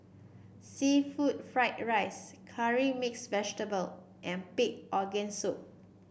seafood Fried Rice Curry Mixed Vegetable and Pig Organ Soup